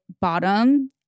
bottom